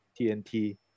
TNT